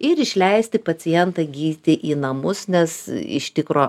ir išleisti pacientą gydyti į namus nes iš tikro